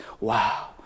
wow